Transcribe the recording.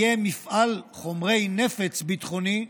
יהיה "מפעל חומרי נפץ ביטחוני"